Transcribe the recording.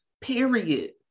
period